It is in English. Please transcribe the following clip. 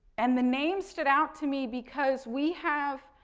and the name stood out to me because we have